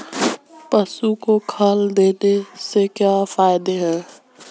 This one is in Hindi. पशु को खल देने से क्या फायदे हैं?